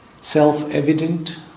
self-evident